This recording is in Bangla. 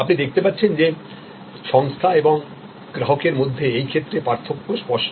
আপনি দেখতে পাচ্ছেন যে সংস্থা এবং গ্রাহকের মধ্যে এইক্ষেত্রে পার্থক্য স্পষ্ট